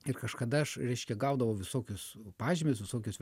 ir kažkada aš reiškia gaudavau visokius pažymius visokius